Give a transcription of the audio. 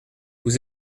vous